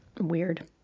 Weird